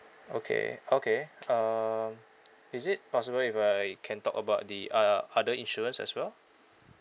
okay okay um is it possible if I can talk about the uh other insurance as well